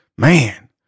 Man